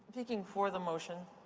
speaking for the motion.